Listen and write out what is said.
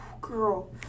Girl